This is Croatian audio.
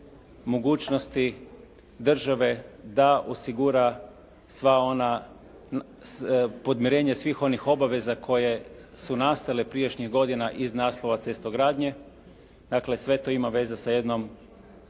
mogućnosti države da osigura sva ona podmirenje svih onih obaveza koje su nastale prijašnjih godina iz naslova cestogradnje, dakle sve to ima veze sa jednom